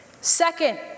Second